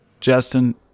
Justin